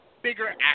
bigger